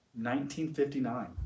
1959